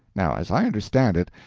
now as i understand it,